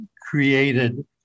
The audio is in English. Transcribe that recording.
created